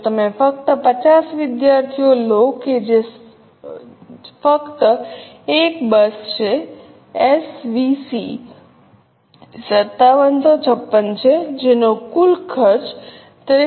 જો તમે ફક્ત 50 વિદ્યાર્થીઓ લો કે જે ફક્ત 1 બસ છે એસવીસી 5756 છે જેનો કુલ ખર્ચ 23000 છે